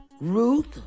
Ruth